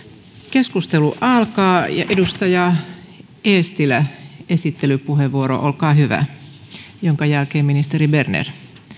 keskustelu alkaa edustaja eestilä esittelypuheenvuoro olkaa hyvä jonka jälkeen ministeri berner